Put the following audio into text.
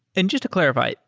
and just to clarify,